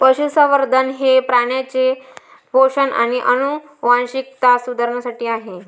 पशुसंवर्धन हे प्राण्यांचे पोषण आणि आनुवंशिकता सुधारण्यासाठी आहे